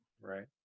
right